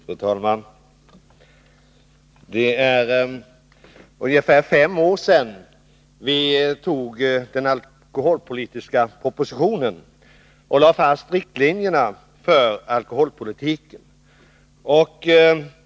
Nr 153 Fru talman! Det är ungefär fem år sedan vi antog den alkoholpolitiska propositionen och lade fast riktlinjerna för alkoholpolitiken.